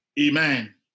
Amen